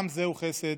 גם זה חסד,